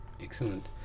Excellent